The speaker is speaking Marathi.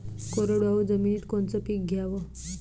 कोरडवाहू जमिनीत कोनचं पीक घ्याव?